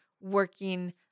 working